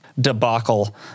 debacle